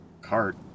cart